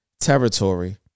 territory